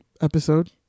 episode